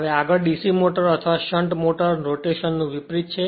તેથી આગળ DC motor અથવા શંટ મોટરના રોટેશન નું વિપરીત છે